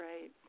Right